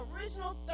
original